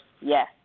Yes